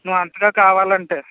నువ్వు అంతగా కావాలంటే